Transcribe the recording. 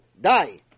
Die